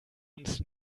uns